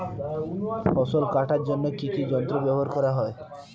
ফসল কাটার জন্য কি কি যন্ত্র ব্যাবহার করা হয়?